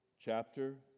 chapter